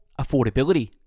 Affordability